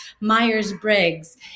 myers-briggs